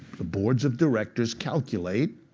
the boards of directors calculate.